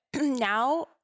Now